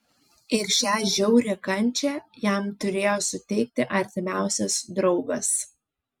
ir šią žiaurią kančią jam turėjo suteikti artimiausias draugas